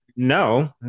No